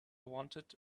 wanted